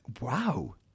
Wow